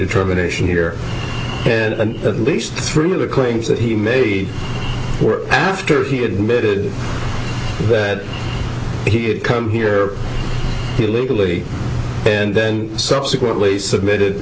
determination here and at least three of the claims that he made were after he admitted that he had come here illegally and then subsequently submitted